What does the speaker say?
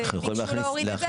שביקשו להוריד,